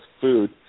food